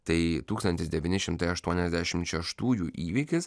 tai tūkstantis devyni šimtai aštuoniasdešimt šeštųjų įvykis